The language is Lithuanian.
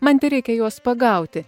man tereikia juos pagauti